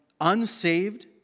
unsaved